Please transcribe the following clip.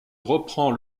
reprend